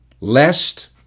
lest